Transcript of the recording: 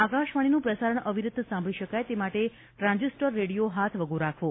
આકાશવાણીનું પ્રસારણ અવિરત સાંભળી શકાય તે માટે ટ્રાન્ઝીસ્ટર રેડિયો હાથવગો રાખવો